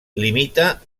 limita